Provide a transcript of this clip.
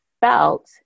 felt